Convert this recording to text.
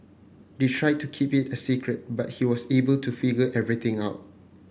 they tried to keep it a secret but he was able to figure everything out